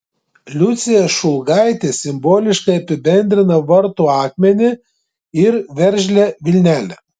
liucija šulgaitė simboliškai apibendrina vartų akmenį ir veržlią vilnelę